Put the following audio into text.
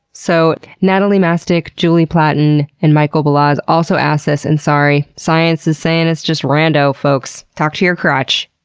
so natalie mastick, julie platten and michael bolaz also asked this, and sorry, science is saying it's just rando, folks. talk to yer crotch.